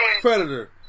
Predator